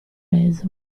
peso